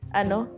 ano